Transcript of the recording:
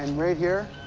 and right here?